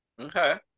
Okay